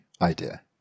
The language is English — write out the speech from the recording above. idea